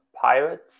Pirates